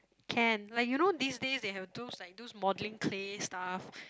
can like you know these days they have those like those modelling clay stuff